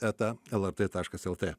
eta lrt taškas lt